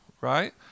right